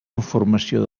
informació